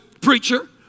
preacher